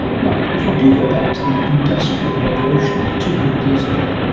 mark, if we do go back to the industrial revolution two hundred years ago,